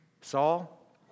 Saul